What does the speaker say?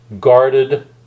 guarded